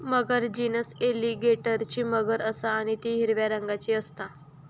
मगर genus एलीगेटरची मगर असा आणि ती हिरव्या रंगाची असता